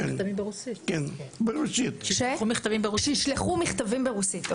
הבנתי, שישלחו מכתבים ברוסית.